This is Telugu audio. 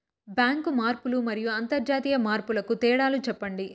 బ్యాంకు మార్పులు మరియు అంతర్జాతీయ మార్పుల కు తేడాలు సెప్పండి?